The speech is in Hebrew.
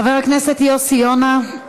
חבר הכנסת יוסי יונה,